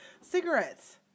Cigarettes